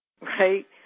right